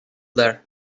there